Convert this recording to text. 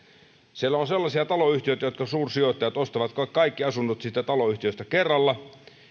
siellä on sellaisia taloyhtiöitä joista suursijoittajat ostavat kaikki asunnot kerralla